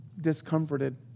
discomforted